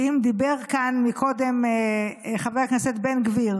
ואם דיבר כאן קודם חבר הכנסת בן גביר